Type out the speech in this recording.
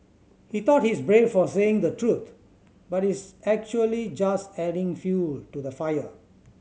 he thought he's brave for saying the truth but he's actually just adding fuel to the fire